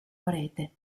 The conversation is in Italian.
parete